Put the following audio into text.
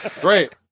Great